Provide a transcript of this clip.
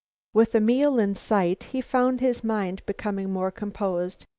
with a meal in sight, he found his mind becoming more composed.